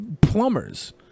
plumbers